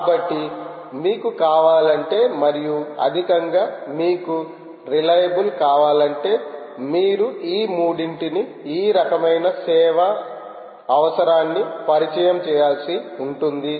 కాబట్టి మీకు కావాలంటే మరియు అధికంగా మీకు రిలయబుల్ కావాలంటే మీరు ఈ మూడింటిని ఈ రకమైన సేవ అవసరాన్ని పరిచయం చేయాల్సి ఉంటుంది